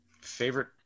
Favorite